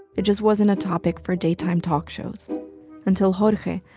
it just wasn't a topic for daytime talk shows until jorge,